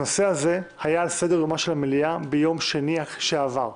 הנושא הזה היה על סדר-יומה של המליאה ביום שני שעבר.